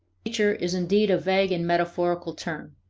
nature is indeed a vague and metaphorical term,